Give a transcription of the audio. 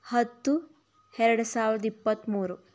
ಹತ್ತು ಎರಡು ಸಾವಿರದ ಇಪ್ಪತ್ತ್ಮೂರು